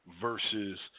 versus